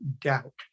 doubt